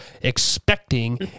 expecting